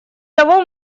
того